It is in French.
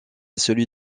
celui